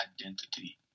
identity